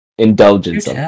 Indulgence